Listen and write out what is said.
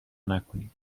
نکنید